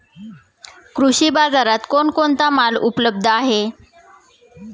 कृषी बाजारात कोण कोणता माल उपलब्ध आहे?